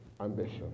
ambition